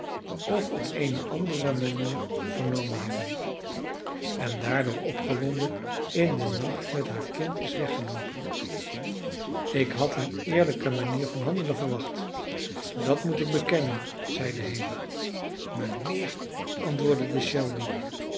of op eene andere manier vernomen hebben en daardoor opgewonden in den nacht met haar kind is weggeloopen ik had een eerlijke manier van handelen verwacht dat moet ik bekennen zeide haley mijnheer antwoordde shelby